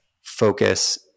focus